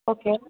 okay